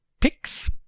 picks